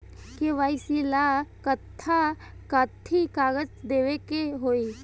KYC ला कट्ठा कथी कागज देवे के होई?